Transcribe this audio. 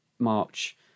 March